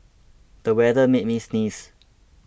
the weather made me sneeze